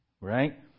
right